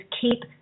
keep